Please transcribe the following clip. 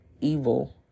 evil